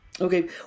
Okay